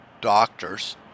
doctors